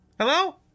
Hello